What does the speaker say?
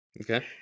Okay